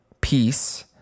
peace